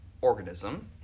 organism